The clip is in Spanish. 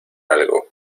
algo